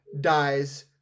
dies